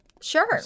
Sure